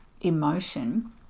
emotion